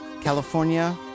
California